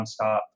nonstop